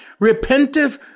repentive